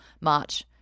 march